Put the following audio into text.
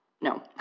No